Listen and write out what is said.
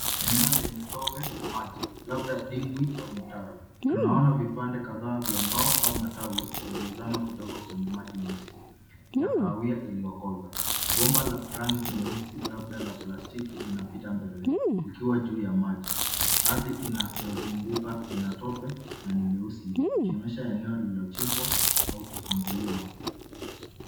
Eneo lenye tope na maji labda dimbwi au mtaro. Tunaona vipande kadhaa vya mbao au matawi yaliyozama kidogo kwenye maji meusi ya kahawia iliyokoza. Bomba la rangi nyeusi labda la plastiki linapita mbele ikiwa juu ya maji. Ardhi inavyozunguka inatope na ni nyeusi ikionyesha eneo lililochimbwa au kusumbuliwa.